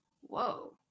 whoa